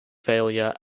failure